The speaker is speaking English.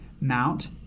Mount